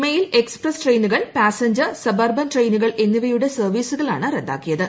mail express ട്രെയിനുകൾ passenger suburban ട്രെയിനുകൾ എന്നിവയുടെ സർവ്വീസുകളാണ് റദ്ദാക്കിയത്